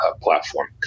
platform